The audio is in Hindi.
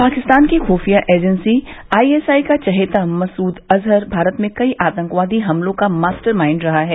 पाकिस्तान की खुफिया एजेंसी आईएसआई का चहेता मसूद अजहर भारत में कई आतंकवादी हमलों का मास्टमाइंड रहा है